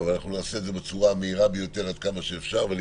אבל נעשה את זה בצורה המהירה ביותר שאפשר ואני